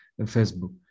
facebook